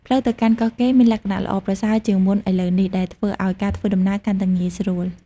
ផ្លូវទៅកាន់កោះកេរមានលក្ខណៈល្អប្រសើរជាងមុនឥឡូវនេះ ដែលធ្វើឲ្យការធ្វើដំណើរកាន់តែងាយស្រួល។